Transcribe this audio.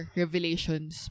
revelations